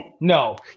No